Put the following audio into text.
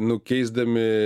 nu keisdami